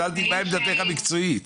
שאלתי מה עמדתך המקצועית.